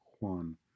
Juan